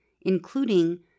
including